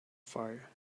fire